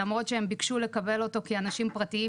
למרות שהם ביקשו לקבל אותו כאנשים פרטיים,